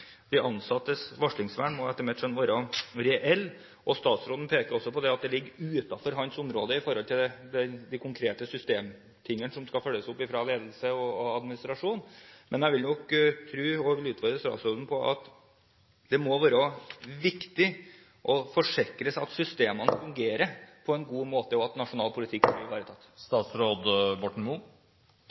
De ansattes varslingsvern må etter mitt skjønn være reelt, og statsråden peker også på at det ligger utenfor hans område i forhold til de konkrete systemtingene som skal følges opp fra ledelse og administrasjon. Men jeg vil nok tro, og jeg utfordrer statsråden på det, at det må være viktig å forsikre seg om at systemene fungerer på en god måte, og at nasjonal politikk blir ivaretatt.